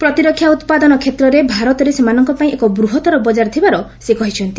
ପ୍ରତିରକ୍ଷା ଉତ୍ପାଦନ କ୍ଷେତ୍ରରେ ଭାରତରେ ସେମାନଙ୍କ ପାଇଁ ଏକ ବୃହତ୍ତର ବକାର ଥିବାର ସେ କହିଛନ୍ତି